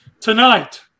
Tonight